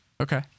Okay